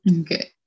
Okay